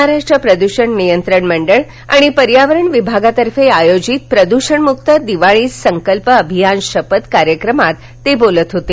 महाराष्ट्र प्रदूषण नियंत्रण मंडळ आणि पर्यावरण विभागातर्फे आयोजित प्रदूषणमुक्त दिवाळी संकल्प अभियान शपथ कार्यक्रमात ते बोलत होते